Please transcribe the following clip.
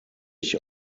ich